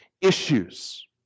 issues